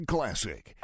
Classic